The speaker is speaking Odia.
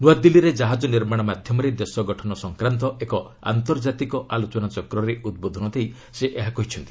ନ୍ନଆଦିଲ୍ଲୀରେ ଜାହାଜ ନିର୍ମାଣ ମାଧ୍ୟମରେ ଦେଶଗଠନ ସଂକ୍ରାନ୍ତ ଏକ ଆନ୍ତର୍ଜାତିକ ଆଲୋଚନାଚକ୍ରରେ ଉଦ୍ବୋଧନ ଦେଇ ସେ ଏହା କହିଛନ୍ତି